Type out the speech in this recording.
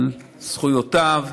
על זכויותיו.